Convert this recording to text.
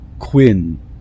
Quinn